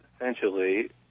essentially